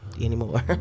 anymore